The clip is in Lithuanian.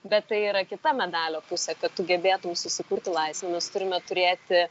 bet tai yra kita medalio pusė kad gebėtum susikurti laisvę mes turime turėti